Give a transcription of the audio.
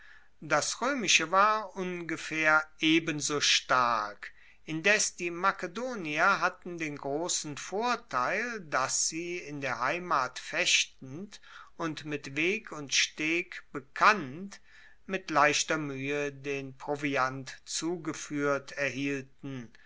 das roemische war ungefaehr ebenso stark indes die makedonier hatten den grossen vorteil dass sie in der heimat fechtend und mit weg und steg bekannt mit leichter muehe den proviant zugefuehrt erhielten